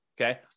okay